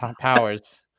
powers